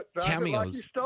cameos